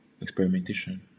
Experimentation